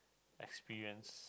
experience